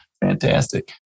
Fantastic